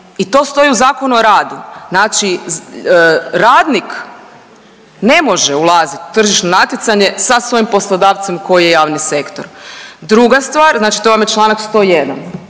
i to stoji u Zakonu o radu. Znači radnik ne može ulazit u tržišno natjecanje sa svojim poslodavcem koji je javni sektor. Druga stvar, znači to vam je čl. 101.,